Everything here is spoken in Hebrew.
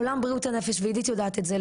עולם בריאות הנפש ועדית יודעת את זה,